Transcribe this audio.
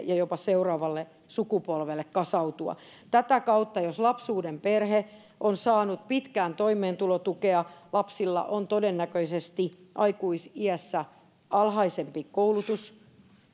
ja jopa kasautua seuraavalle sukupolvelle tätä kautta jos lapsuuden perhe on saanut pitkään toimeentulotukea lapsilla on todennäköisesti aikuisiässä alhaisempi koulutus